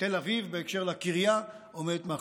תל אביב בהקשר של הקריה, עומדת מאחוריו.